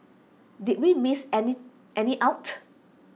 did we miss any any out